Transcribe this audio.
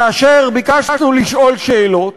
כאשר ביקשנו לשאול שאלות,